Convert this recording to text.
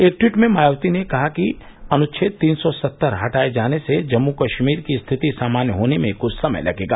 एक ट्वीट में मायावती ने कहा कि अनुच्छेद तीन सौ सत्तर हटाए जाने से जम्मू कश्मीर की स्थिति सामान्य होने में कुछ समय लगेगा